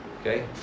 Okay